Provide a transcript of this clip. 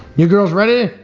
you girls ready?